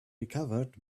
recovered